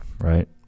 Right